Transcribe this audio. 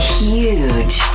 huge